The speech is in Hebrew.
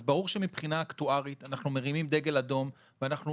אז ברור שמבחינה אקטוארית אנחנו מרימים דגל אדום ואנחנו